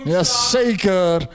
Jazeker